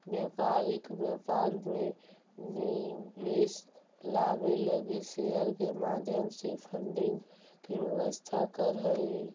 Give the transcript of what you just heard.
व्यापारी व्यापार में निवेश लावे लगी शेयर के माध्यम से फंडिंग के व्यवस्था करऽ हई